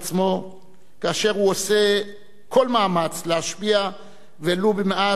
כאשר הוא עושה כל מאמץ להשפיע ולו במעט על גורל הנוער,